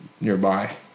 nearby